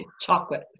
Chocolate